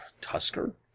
Tusker